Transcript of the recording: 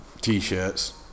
t-shirts